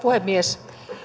puhemies